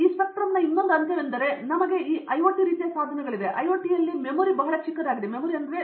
ಈ ಸ್ಪೆಕ್ಟ್ರಮ್ನ ಮತ್ತೊಂದು ಅಂತ್ಯವೆಂದರೆ ನಮಗೆ ಈ ಐಒಟಿ ರೀತಿಯ ಸಾಧನಗಳಿವೆ IOT ನಲ್ಲಿ ಮೆಮೊರಿಯು ಬಹಳ ಚಿಕ್ಕದಾಗಿದೆ ಎಂದು ತಿಳಿದಿದೆ